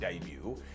debut